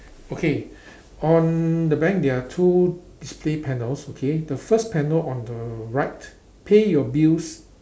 okay on the bank there are two display panels okay the first panel on the right pay your bills